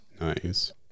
Nice